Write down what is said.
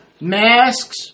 masks